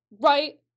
Right